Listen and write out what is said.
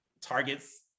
targets